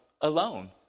alone